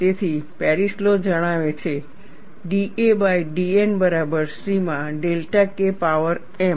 તેથી Paris law જણાવે છે da બાય dN બરાબર C માં ડેલ્ટા K પાવર m